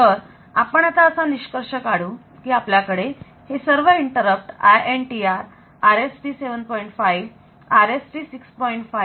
तर आपण आता असा निष्कर्ष काढू की आपल्याकडे हे सर्व इंटरप्ट INTRRST7